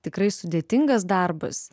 tikrai sudėtingas darbas